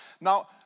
Now